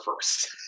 first